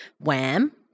wham